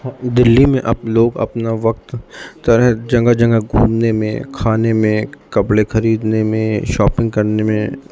دلّی میں اپ لوگ اپنا وکت طرح جگہ جگہ گھومنے میں کھانے میں کپڑے خریدنے میں شاپنگ کرنے میں